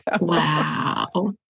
Wow